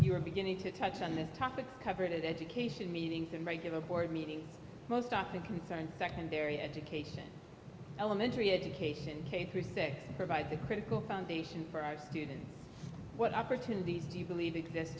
you're beginning to touch on this topic coverage education meeting and regular board meetings most of the concern secondary education elementary education k through thick provide the critical foundation for our student what opportunities do you believe exist